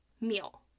meal